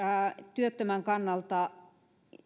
työttömän kannalta